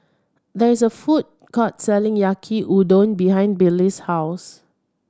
there is a food court selling Yaki Udon behind Billy's house